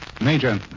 Major